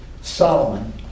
Solomon